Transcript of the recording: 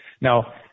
Now